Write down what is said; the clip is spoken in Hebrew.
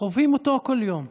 חווים אותו בכל יום.